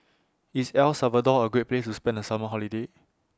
IS El Salvador A Great Place to spend The Summer Holiday